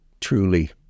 truly